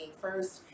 first